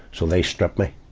so they stripped me,